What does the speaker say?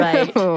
Right